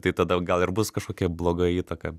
tai tada gal ir bus kažkokia bloga įtaka